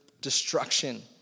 Destruction